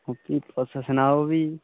फ्ही तुस सनाओ फ्ही